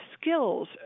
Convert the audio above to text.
skills